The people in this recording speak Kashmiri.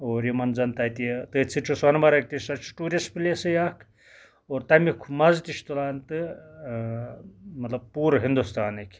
اور یِمَن زَن تَتہِ تٔتھۍ سۭتۍ چھُ سۄنہٕ مَرگ تہِ سۄ چھِ ٹیورِسٹ پٕلیسٕے اَکھ اور تمیُک مَزِ تہِ چھِ تُلان تہٕ مَطلَب پوٗرٕ ہِندوستانٕکۍ